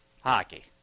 hockey